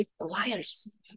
requires